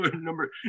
number